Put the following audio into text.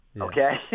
okay